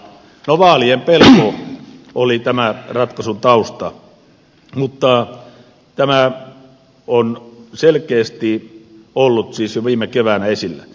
no vaalien pelko oli tämän ratkaisun tausta mutta tämä on selkeästi ollut siis jo viime keväänä esillä